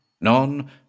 None